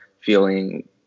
feeling